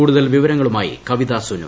കൂടുതൽ വിവരങ്ങളുമായി കവിത സുനു